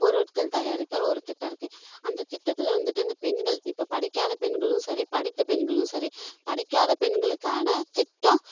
பொருட்கள் தயாரித்தல் ஒரு திட்டம் இருக்குது அந்த திட்டத்தில் வந்துட்டு இந்த பெண்கள் இப்போ படிக்காத பெண்களும் சரி படித்த பெண்களும் சரி படிக்காத பெண்களுக்கான திட்டம்